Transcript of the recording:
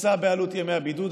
תישא בעלות ימי הבידוד.